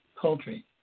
poultry